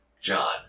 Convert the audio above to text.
John